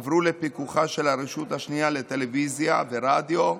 עברו לפיקוחה של הרשות השנייה לטלוויזיה ורדיו,